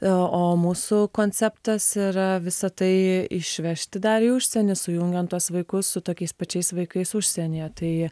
o mūsų konceptas yra visa tai išvežti dar į užsienį sujungiant tuos vaikus su tokiais pačiais vaikais užsienyje tai